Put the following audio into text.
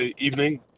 evening